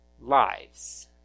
lives